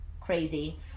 crazy